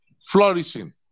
flourishing